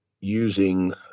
using